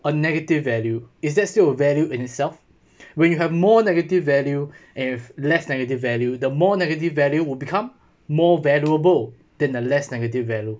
a negative value is that still a value in itself when you have more negative value if less negative value the more negative value would become more valuable than a less negative value